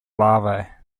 larvae